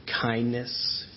kindness